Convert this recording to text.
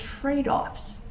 trade-offs